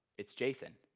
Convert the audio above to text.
it's jason,